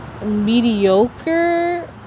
Mediocre